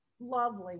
lovely